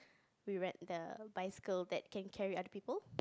we rent the bicycle that can carry other people